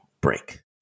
break